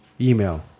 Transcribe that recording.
email